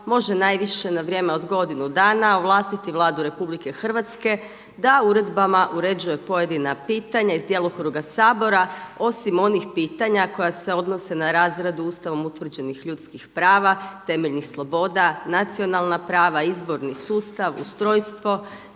može najviše na vrijeme od godinu dana ovlastiti Vladu Republike Hrvatske da uredbama uređuje pojedina pitanja iz djelokruga Sabora osim onih pitanja koja se odnose na razradu Ustavom utvrđenih ljudskih prava, temeljnih sloboda, nacionalna prava, izborni sustav, ustrojstvo,